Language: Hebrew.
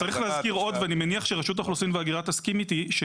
אם אתה נמצא בחוץ לארץ, צריך